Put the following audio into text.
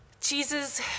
Jesus